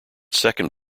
second